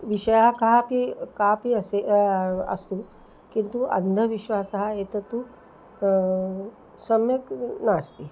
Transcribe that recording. विषयः कापि कापि असि अस्तु किन्तु अन्धविश्वासः एतत्तु सम्यक् नास्ति